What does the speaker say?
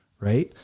Right